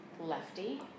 Lefty